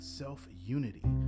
self-unity